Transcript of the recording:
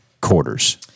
quarters